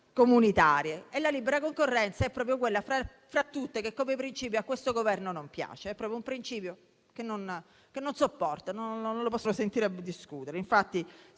comunitarie. Quella sulla libera concorrenza è proprio quella che, fra tutte, come principio a questo Governo non piace. È proprio un principio che non sopporta. Non può proprio sentirlo discutere.